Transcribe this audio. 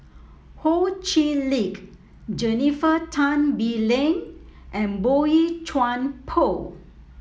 Ho Chee Lick Jennifer Tan Bee Leng and Boey Chuan Poh